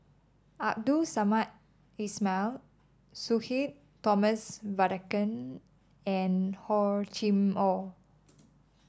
Abdul Samad Ismail Sudhir Thomas Vadaketh and Hor Chim Or